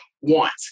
want